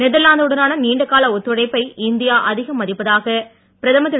Netherlands உடனான நீண்டகால ஒத்துழைப்பை இந்தியா அதிகம் மதிப்பதாக பிரதமர் திரு